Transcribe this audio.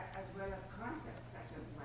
as well as concepts such as,